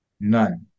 none